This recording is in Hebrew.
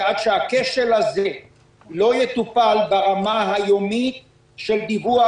ועד שהכשל הזה לא יטופל ברמה היומית של דיווח